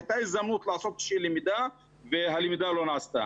הייתה הזדמנות לעשות למידה והלמידה לא נעשתה.